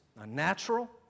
unnatural